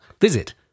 visit